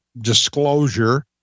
disclosure